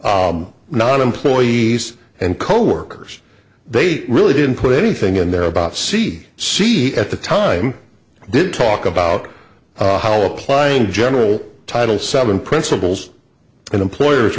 not employees and coworkers they really didn't put anything in there about c c at the time did talk about how applying general title seven principals and employers